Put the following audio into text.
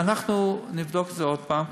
אנחנו נבדוק את זה עוד פעם,